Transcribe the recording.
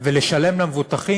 ולשלם למבוטחים,